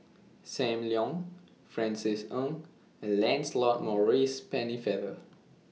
SAM Leong Francis Ng and Lancelot Maurice Pennefather